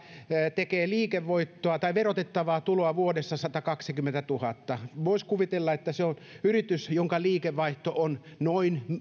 tekee liikevoittoa tai verotettavaa tuloa vuodessa satakaksikymmentätuhatta niin voisi kuvitella että se on yritys jonka liikevaihto on noin